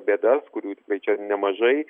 bėdas kurių tikrai čia nemažai